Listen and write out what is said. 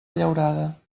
llaurada